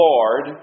Lord